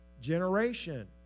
generation